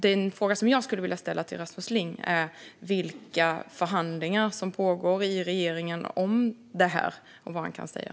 Den fråga som jag skulle vilja ställa till Rasmus Ling är: Vilka förhandlingar pågår i regeringen om det här?